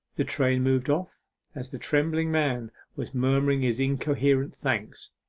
the train moved off as the trembling man was murmuring his incoherent thanks.